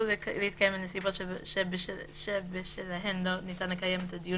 להתקיים הנסיבות שבשלהן לא ניתן לקיים את הדיון